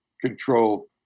control